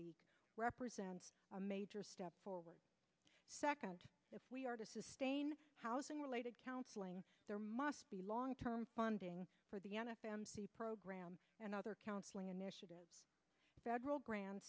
week represents a major step forward if we are to sustain housing related counseling there must be long term funding for the n f l program and other counseling initiatives federal grant